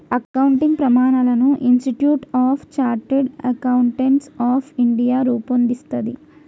accounting ప్రమాణాలను institute of chartered accountants of India రూపొందిస్తది